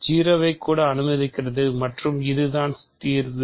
0 கூட அனுமதிக்கப்படுகிறது மற்றும் இதுதான் தீர்வு